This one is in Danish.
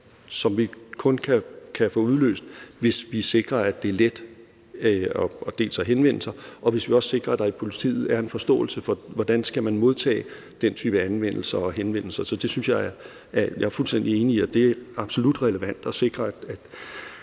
som vi kun kan få oplyst, hvis vi sikrer, at det er let at henvende sig, og hvis vi også sikrer, at der i politiet er en forståelse for, hvordan man skal modtage den type anmeldelser og henvendelser. Så jeg er fuldstændig enig i, at det absolut er relevant at sikre, at